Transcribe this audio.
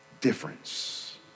difference